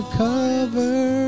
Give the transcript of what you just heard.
cover